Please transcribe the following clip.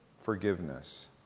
forgiveness